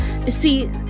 See